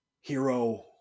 Hero